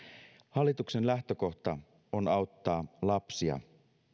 hallituksen lähtökohta on auttaa lapsia